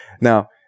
Now